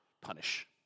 punish